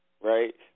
Right